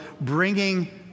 bringing